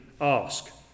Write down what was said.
ask